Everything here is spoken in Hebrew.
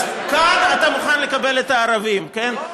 אז כאן אתה מוכן לקבל את הערבים, כן?